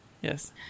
Yes